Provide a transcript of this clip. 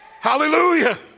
Hallelujah